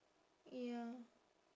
ya